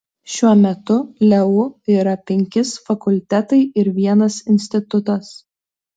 šiuo metu leu yra penkis fakultetai ir vienas institutas